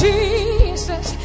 Jesus